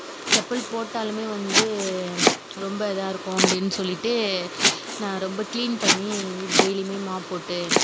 செப்பல் போட்டாலுமே வந்து ரொம்ப இதாக இருக்கும் அப்படின்னு சொல்லிவிட்டு நான் ரொம்ப கிளீன் பண்ணி வீடு டெய்லியுமே மாப் போட்டு